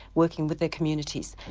working with their communities,